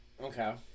Okay